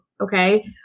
Okay